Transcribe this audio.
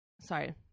sorry